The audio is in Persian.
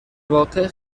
واقع